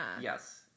Yes